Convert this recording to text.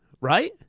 Right